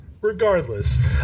regardless